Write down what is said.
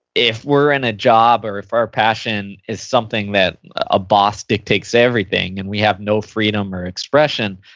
if we're in a job or if our passion is something that a boss dictates everything and we have no freedom or expression,